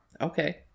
Okay